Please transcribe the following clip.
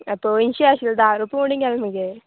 हेपळय अंयशीं आशिल्ले धा रुपया उणे केले मगे